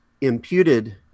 imputed